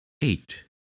eight